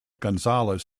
gonzales